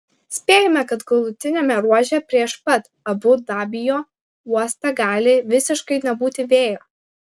spėjama kad galutiniame ruože prieš pat abu dabio uostą gali visiškai nebūti vėjo